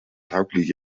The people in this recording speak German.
tauglich